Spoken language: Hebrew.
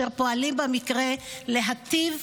ואשר פועלים במטרה להיטיב,